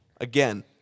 Again